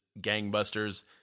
gangbusters